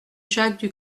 jacques